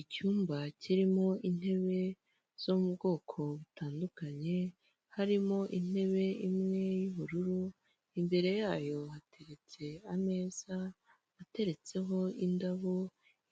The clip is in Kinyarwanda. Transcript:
Icyumba kirimo intebe zo mu bwoko butandukanye, harimo intebe imwe y'ubururu, imbere yayo hateretse ameza ateretseho indabo,